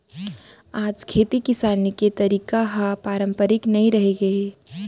आज खेती किसानी के तरीका ह पारंपरिक नइ रहिगे हे